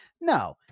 No